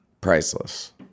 priceless